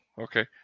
Okay